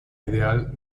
ideal